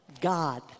God